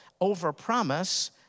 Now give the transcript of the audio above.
overpromise